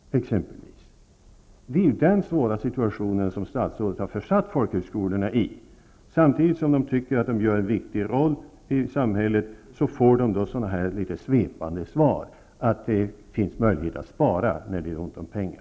Det är i den svåra situationen som statsrådet har försatt folkhögskolorna. Samtidigt som folkhögskolorna tycker att de spelar en viktig roll i samhället får de litet svepande besked om att det finns möjlighet att spara när det är ont om pengar.